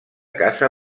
casa